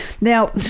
Now